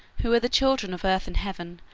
who were the children of earth and heaven,